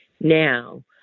Now